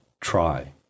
try